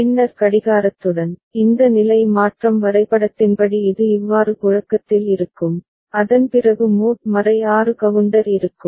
பின்னர் கடிகாரத்துடன் இந்த நிலை மாற்றம் வரைபடத்தின்படி இது இவ்வாறு புழக்கத்தில் இருக்கும் அதன்பிறகு மோட் 6 கவுண்டர் இருக்கும்